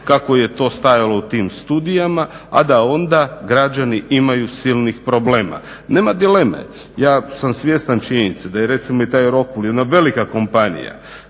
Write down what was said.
kako je to stajalo u tim studijama, a da onda građani imaju silnih problema. Nema dileme, ja sam svjestan činjenice da je recimo i taj Rockwooll jedna velika kompanija,